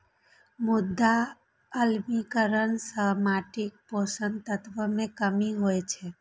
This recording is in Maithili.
मृदा अम्लीकरण सं माटिक पोषक तत्व मे कमी होइ छै